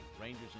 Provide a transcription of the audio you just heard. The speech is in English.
rangers